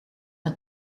met